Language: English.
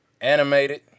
Animated